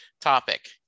topic